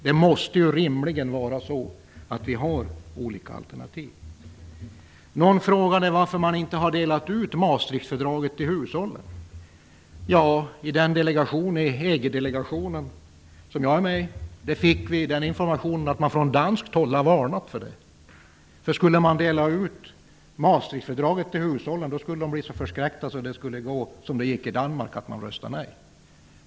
Det måste rimligen finnas olika alternativ. Någon frågade varför man inte delat ut Maastrichtfördraget till hushållen. I EG-delegationen, där jag sitter med, fick vi den informationen att man från danskt håll har varnat för det. Skulle man dela ut Maastrichtfördraget till hushållen, skulle de bli så förskräckta att det skulle bli som det gick i Danmark, att folket röstade nej.